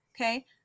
Okay